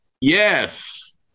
Yes